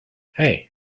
hey